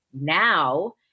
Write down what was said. now